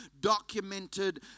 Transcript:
documented